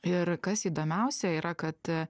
ir kas įdomiausia yra kad